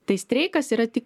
tai streikas yra tik